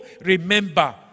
remember